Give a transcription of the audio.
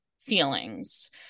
feelings